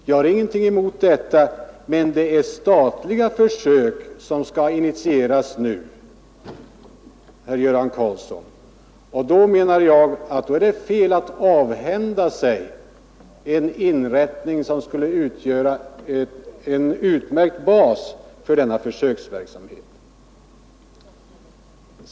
Jag har ingenting mot detta, men vad som nu skall initieras är statliga försök, herr Göran Karlsson, och då menar jag att det är fel att avhända sig en institution som skulle kunna utgöra en utmärkt bas för denna försöksverksamhet.